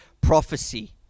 prophecy